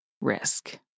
risk